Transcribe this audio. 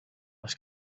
els